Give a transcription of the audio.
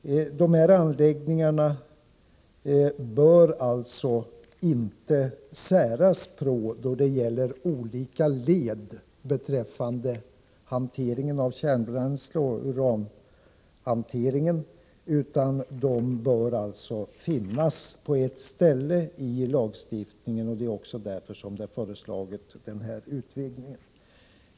Man bör alltså inte sära på dessa anläggningar i lagstiftningen då det gäller olika led beträffande hanteringen av kärnbränsle och uranhantering, utan de bör finnas på ett ställe i lagstiftningen. Det är därför som vi har föreslagit den här utvidgningen.